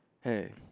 hey